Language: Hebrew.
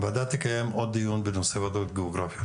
הוועדה תקיים עוד דיון בנושא ועדות גיאוגרפיות.